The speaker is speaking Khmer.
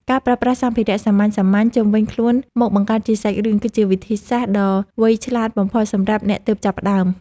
ការប្រើប្រាស់សម្ភារៈសាមញ្ញៗជុំវិញខ្លួនមកបង្កើតជាសាច់រឿងគឺជាវិធីសាស្ត្រដ៏វៃឆ្លាតបំផុតសម្រាប់អ្នកទើបចាប់ផ្តើម។